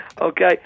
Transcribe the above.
Okay